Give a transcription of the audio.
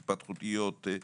התפתחויות,